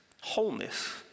wholeness